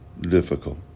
difficult